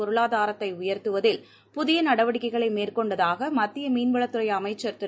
பொருளாதாரத்தை உயர்த்துவதில் புதிய நடவடிக்கைகளை மேற்கொண்டதாக மத்திய மீன் வளத்துறை அமைச்சர் திரு